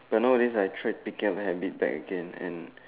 but nowadays I tried picking up the habit back again and